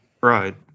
Right